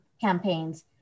campaigns